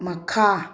ꯃꯈꯥ